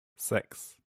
sechs